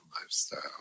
lifestyle